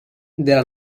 della